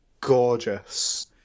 gorgeous